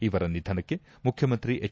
ಇವರ ನಿಧನಕ್ಕೆ ಮುಖ್ಯಮಂತ್ರಿ ಹೆಚ್